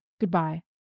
Goodbye